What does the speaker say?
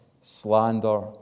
slander